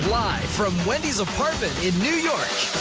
live from wendy's apartment in new york,